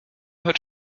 hört